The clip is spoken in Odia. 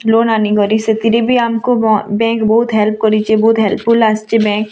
ଲୋନ୍ ଆନିକରି ସେଥିରେ ବି ଆମକୁ ବ ବ୍ୟାଙ୍କ୍ ବହୁତ୍ ଭଲ୍ କରିଛି ବହୁତ୍ ହେଲ୍ପଫୁଲ୍ ଆସିଛି ବ୍ୟାଙ୍କ୍